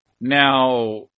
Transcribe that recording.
Now